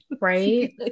Right